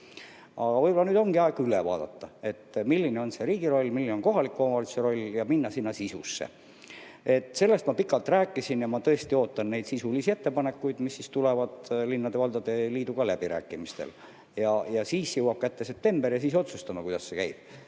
Aga võib-olla nüüd ongi aeg üle vaadata, milline on riigi roll, milline on kohaliku omavalitsuse roll, ja minna sisusse. Sellest ma pikalt rääkisin. Ma tõesti ootan neid sisulisi ettepanekuid, mis tulevad linnade ja valdade liiduga läbirääkimistelt. Siis jõuab kätte september ja me otsustame, kuidas see käib.